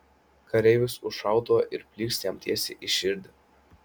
kareivis už šautuvo ir plykst jam tiesiai į širdį